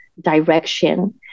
direction